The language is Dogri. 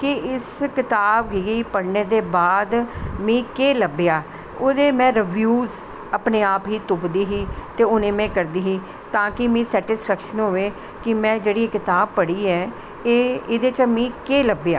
की इस कताब गी पढ़नें दे बाद में केह् लब्भेआ ओह्दे में रिव्यूस अपनें आप गी तुप्पदी ही ते उनेंगी में कड्डदी ही ता कि मिगी सटिस्पैक्शन होऐ कि में जेह्ड़ी कताब पढ़ी ऐ एह्दे च मिगी केह् लब्भेआ ऐ